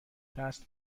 دست